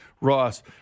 Ross